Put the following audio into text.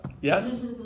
yes